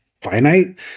finite